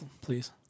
Please